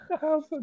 House